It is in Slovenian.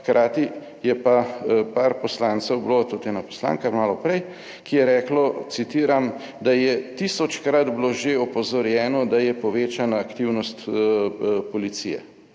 hkrati je pa par poslancev bilo, tudi ena poslanka malo prej, ki je reklo, citiram, da je tisočkrat bilo že opozorjeno, da je povečana aktivnost policije.